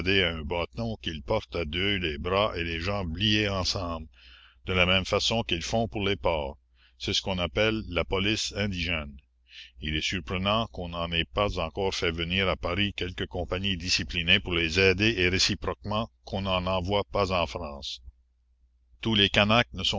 un bâton qu'ils portent à deux les bras et les jambes liés ensemble de la même façon qu'ils font pour les porcs c'est ce qu'on appelle la police indigène il est surprenant qu'on n'en ait pas encore fait venir à paris quelques compagnies disciplinées pour les aider et réciproquement qu'on n'en envoie pas en france tous les canaques ne